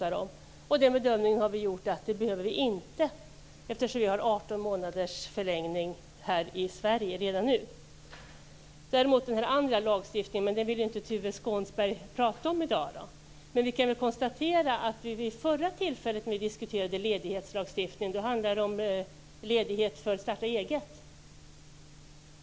Vi har gjort den bedömningen att vi inte behöver det eftersom vi redan nu har en 18 månaders ledighet i Sverige. Den andra lagstiftningen vill inte Tuve Skånberg tala om i dag. Men vi kan konstatera att det vid förra tillfället vi diskuterade ledighetslagstiftning handlade om ledighet för att starta eget.